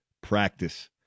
practice